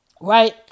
Right